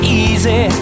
easy